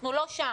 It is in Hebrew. אנחנו לא שם,